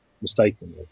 mistakenly